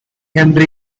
henry